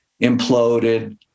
imploded